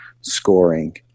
scoring